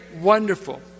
wonderful